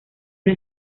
una